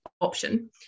option